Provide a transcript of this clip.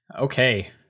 Okay